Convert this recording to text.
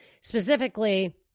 specifically